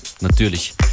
natürlich